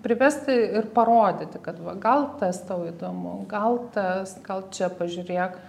privesti ir parodyti kad va gal tas tau įdomu gal tas gal čia pažiūrėk